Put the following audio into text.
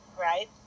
right